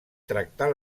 tractar